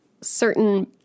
certain